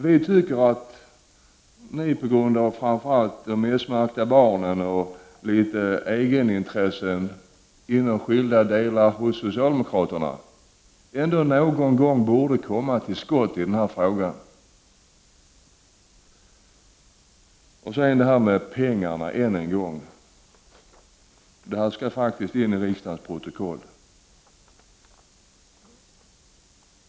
Vi tycker att ni 55 med hänsyn till de s-märkta barnen och till egenintresset i olika delar av det socialdemokratiska partiet någon gång borde komma till skott i denna fråga. Så än en gång detta med pengarna — detta skall faktiskt in i riksdagens protokoll.